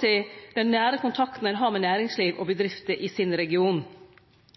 det gjeld den nære kontakten høgskulen har med næringsliv og bedrifter i regionen sin.